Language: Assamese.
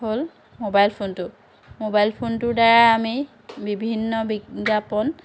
হ'ল মোবাইল ফোনটো মোবাইল ফোনটোৰ দ্বাৰাই আমি বিভিন্ন বিজ্ঞাপন